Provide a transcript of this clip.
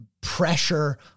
pressure